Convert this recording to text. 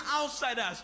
outsiders